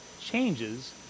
changes